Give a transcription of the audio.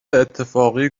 اتفاقی